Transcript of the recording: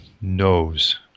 knows